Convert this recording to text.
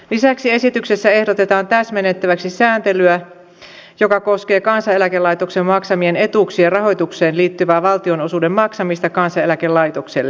lisäksi esityksessä ehdotetaan täsmennettäväksi sääntelyä joka koskee kansaneläkelaitoksen maksamien etuuksien rahoitukseen liittyvää valtionosuuden maksamista kansaneläkelaitokselle